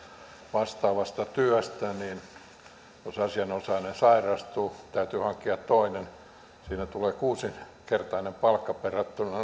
vastaavasta työstä jos asianosainen sairastuu ja täytyy hankkia toinen siinä tulee kuusinkertainen palkka verrattuna